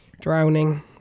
drowning